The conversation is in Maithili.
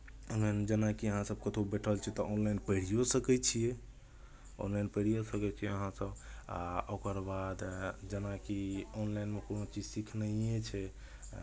जेनाकि अहाँसभ कतहु बैठल छी तऽ ऑनलाइन पढ़िओ सकै छियै ऑनलाइन पढ़िओ सकै छियै अहाँसभ आ ओकर बाद जेनाकि ऑनलाइनमे कोनो चीज सिखनाइए छै